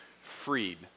freed